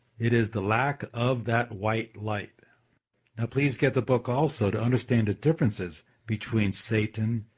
it is the lack of that white light now please get the book also to understand the differences between satan,